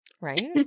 Right